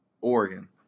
Oregon